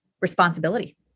responsibility